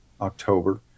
October